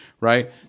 right